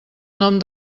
nom